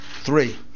three